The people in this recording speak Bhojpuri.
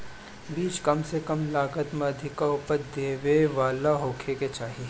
बीज कम से कम लागत में अधिका उपज देवे वाला होखे के चाही